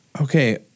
Okay